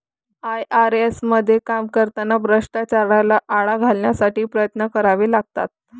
IRS मध्ये काम करताना भ्रष्टाचाराला आळा घालण्यासाठी प्रयत्न करावे लागतात